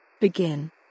Begin